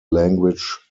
language